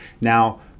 Now